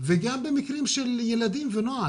וגם במקרים של ילדים ונוער.